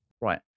Right